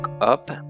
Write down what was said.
up